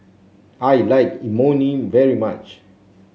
I like Imoni very much